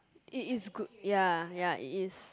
it it good ya ya it is